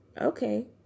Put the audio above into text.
Okay